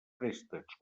préstecs